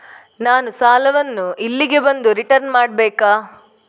ನಾನು ಸಾಲವನ್ನು ಇಲ್ಲಿಗೆ ಬಂದು ರಿಟರ್ನ್ ಮಾಡ್ಬೇಕಾ?